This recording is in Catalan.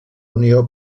unió